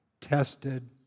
tested